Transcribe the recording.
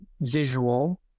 visual